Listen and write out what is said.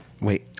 Wait